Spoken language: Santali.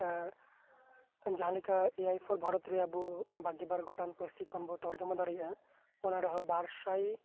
ᱟᱨ ᱡᱟᱦᱟᱸᱞᱮᱠᱟ ᱮ ᱟᱭ ᱯᱷᱳᱨ ᱵᱷᱟᱨᱚᱛ ᱨᱮ ᱟᱵᱚ ᱵᱟᱜᱮ ᱵᱟᱨ ᱯᱟᱹᱨᱥᱤ ᱠᱷᱚᱱ ᱵᱚᱱ ᱛᱚᱨᱡᱚᱢᱟ ᱫᱟᱲᱮᱭᱟᱜᱼᱟ ᱚᱱᱟ ᱨᱮᱦᱚ ᱵᱟᱨ ᱥᱟᱭ ᱜᱚᱴᱟᱝ ᱯᱟᱹᱨᱥᱤ ᱠᱷᱚᱱ ᱵᱚᱱ